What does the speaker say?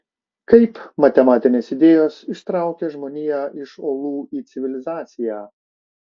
kaip matematinės idėjos ištraukė žmoniją iš olų į civilizaciją